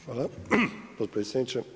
Hvala potpredsjedniče.